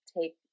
take